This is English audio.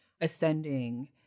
ascending